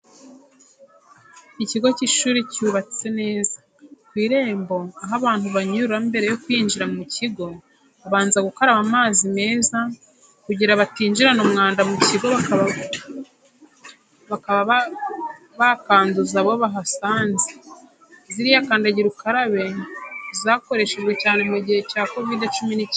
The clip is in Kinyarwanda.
Ikigo cy'ishuri cyubatse neza, ku irembo aho abantu banyura mbere yo kwinjira mu kigo babanza gukaraba amazi meza kugira batinjirana umwanda mu kigo bakaba bakanduza abo bahasanze. Ziriya kandagira ukarabe zakoreshejwe cyane mu gihe cya kovide cumi n'ikenda.